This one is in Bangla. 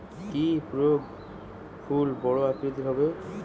কি প্রয়োগে ফুল বড় আকৃতি হবে?